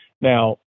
Now